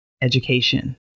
education